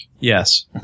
Yes